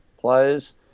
players